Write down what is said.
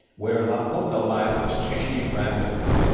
where lakota life was changing rapidly.